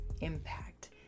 impact